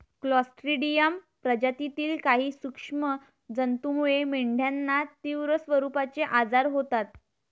Clostridium प्रजातीतील काही सूक्ष्म जंतूमुळे मेंढ्यांना तीव्र स्वरूपाचे आजार होतात